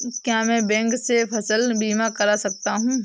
क्या मैं बैंक से फसल बीमा करा सकता हूँ?